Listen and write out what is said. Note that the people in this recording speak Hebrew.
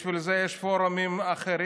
בשביל זה יש פורומים אחרים,